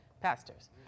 pastors